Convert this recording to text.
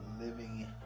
living